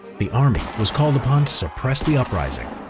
the army was called upon to suppress the uprising.